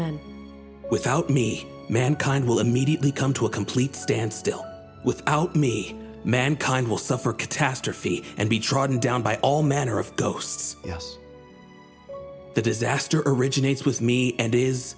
in without me mankind will immediately come to a complete standstill without me mankind will suffer catastrophe and be trodden down by all manner of ghosts yes the disaster originates with me and is